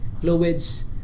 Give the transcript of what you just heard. fluids